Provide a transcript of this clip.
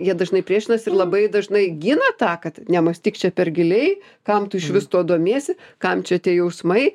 jie dažnai priešinasi ir labai dažnai gina tą kadnemastyk čia per giliai kam tu išvis tuo domiesi kam čia tie jausmai